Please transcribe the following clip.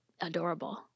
adorable